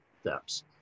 steps